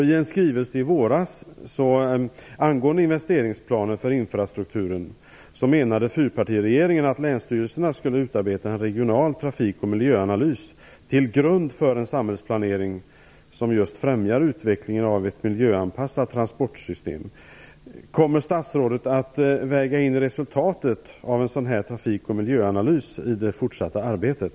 I en skrivelse i våras angående investeringsplanen för infrastrukturen menade fyrpartiregeringen att länsstyrelserna skulle utarbeta en regional trafik och miljöanalys till grund för en samhällsplanering som just främjar utvecklingen av ett miljöanpassat transportsystem. Kommer statsrådet att väga in resultatet av en sådan trafik och miljöanalys i det fortsatta arbetet?